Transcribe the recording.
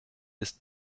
ist